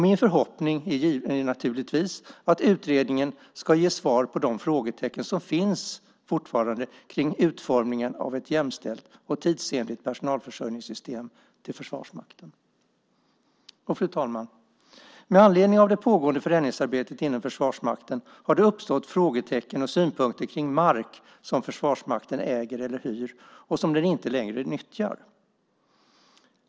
Min förhoppning är naturligtvis att utredningen ska ge svar på de frågetecken som fortfarande finns om utformningen av ett jämställt och tidsenligt personalförsörjningssystem till Försvarsmakten. Fru talman! Med anledning av det pågående förändringsarbetet inom Försvarsmakten har det uppstått frågetecken och synpunkter om mark som Försvarsmakten äger eller hyr och som den inte längre nyttjar.